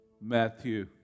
Matthew